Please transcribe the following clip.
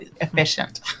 efficient